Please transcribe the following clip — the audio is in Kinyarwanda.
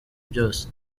byose